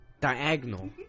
Diagonal